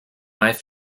his